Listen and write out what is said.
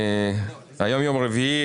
היום יום רביעי,